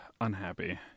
unhappy